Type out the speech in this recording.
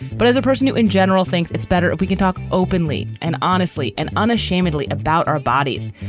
but as a person who in general thinks it's better if we can talk openly and honestly and unashamedly about our bodies,